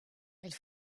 elle